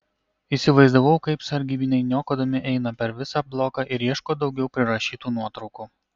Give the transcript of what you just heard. įsivaizdavau kaip sargybiniai niokodami eina per visą bloką ir ieško daugiau prirašytų nuotraukų